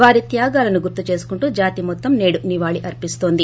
వారి త్పాగాలను గుర్తుచేసుకుంటూ జాతిమొత్తం నేడు నివాళులు అరిస్తోంది